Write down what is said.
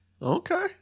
Okay